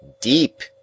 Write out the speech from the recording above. Deep